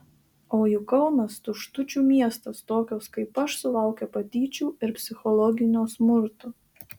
o juk kaunas tuštučių miestas tokios kaip aš sulaukia patyčių ir psichologinio smurto